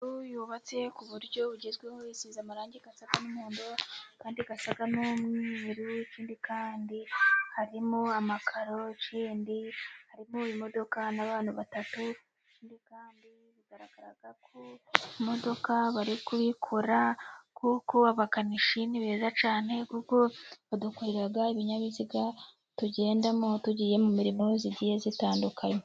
Inzu yubatse ku buryo bugezweho, isize amarangi asa n'umuhondo andi asa n'umweru, ikindi kandi harimo amakaro. Ikindi harimo imodoka n'abantu batatu, ikindi kandi bigaragara ko imodoka bari kuyikora kuko abakanishi ni beza cyane, kuko badukorera ibinyabiziga tugendamo tugiye mu mirimo igiye itandukanye.